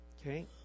Okay